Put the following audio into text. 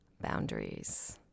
boundaries